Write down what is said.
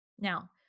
Now